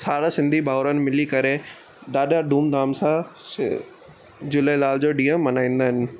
सारा सिंधी भावरनि मिली करे ॾाढा धूम धाम सां झूलेलाल जो ॾींहुं मल्हाईंदा आहिनि